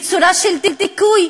היא צורה של דיכוי,